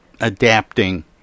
adapting